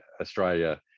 Australia